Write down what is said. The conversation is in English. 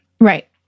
right